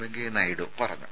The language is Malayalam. വെങ്കയ്യ നായിഡു പറഞ്ഞു